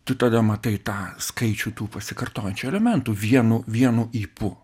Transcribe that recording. tu tada matai tą skaičių tų pasikartojančių elementų vienu vienu ypu